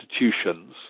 institutions